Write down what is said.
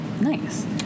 Nice